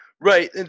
Right